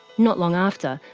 not long after,